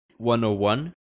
101